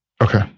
Okay